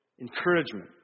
Encouragement